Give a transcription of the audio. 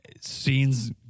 Scenes